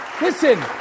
Listen